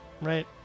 right